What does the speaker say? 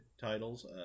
titles